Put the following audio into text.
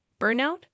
burnout